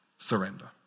Surrender